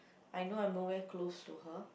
I know I'm nowhere close to her